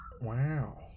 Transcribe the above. Wow